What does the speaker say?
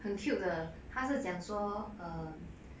很 cute 的他是讲说 um